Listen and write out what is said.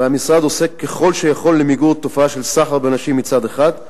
והמשרד עושה כל שיכול למיגור התופעה של סחר בנשים מצד אחד,